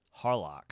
Harlock